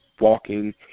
walking